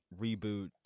reboot